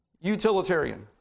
utilitarian